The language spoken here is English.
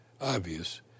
obvious